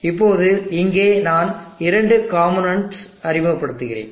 இப்போது இங்கே நான் இரண்டு காம்போநென்ட்ஸ் அறிமுகப்படுத்துகிறேன்